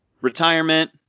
retirement